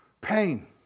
pain